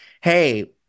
hey